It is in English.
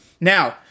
Now